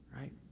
Right